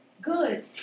good